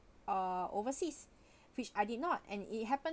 uh overseas which I did not and it happen